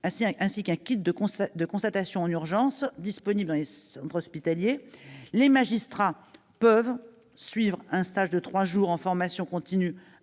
et un kit de constatation en urgence disponible dans les centres hospitaliers ; les magistrats peuvent suivre un stage de trois jours en formation continue